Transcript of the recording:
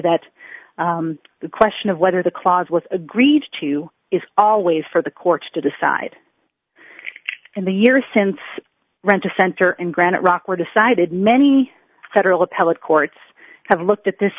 that the question of whether the clause was agreed to is always for the courts to decide in the years since rent a center and granite rock were decided many federal appellate courts have looked at this